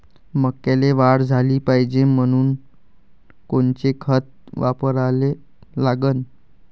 मक्याले वाढ झाली पाहिजे म्हनून कोनचे खतं वापराले लागन?